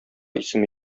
исеме